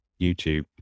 YouTube